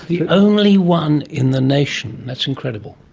the only one in the nation! that's incredible.